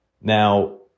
Now